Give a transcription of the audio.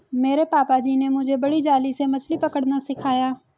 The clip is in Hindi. मेरे पापा जी ने मुझे बड़ी जाली से मछली पकड़ना सिखाया